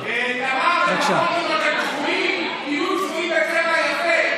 תמר, לפחות אם אתם צבועים, תהיו צבועים בצבע יפה.